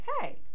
hey